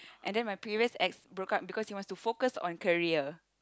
and then my previous ex broke up with me because he wanted to focus on career